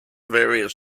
various